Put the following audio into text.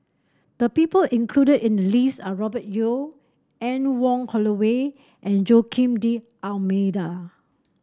the people included in the list are Robert Yeo Anne Wong Holloway and Joaquim D'Almeida